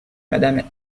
mme